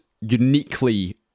uniquely